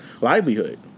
livelihood